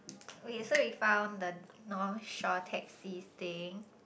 wait so we found the North Shore taxi thing